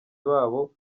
babo